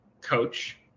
coach